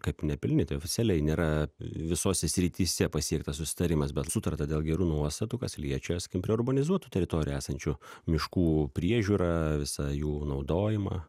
kaip nepelnytai oficialiai nėra visose srityse pasiektas susitarimas bet sutarta dėl gerų nuostatų kas liečia skim prie urbanizuotų teritorijų esančių miškų priežiūrą visą jų naudojimą